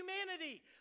humanity